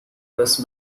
best